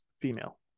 female